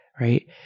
right